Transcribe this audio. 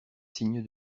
signe